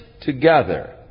together